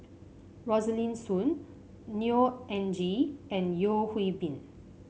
Rosaline Soon Neo Anngee and Yeo Hwee Bin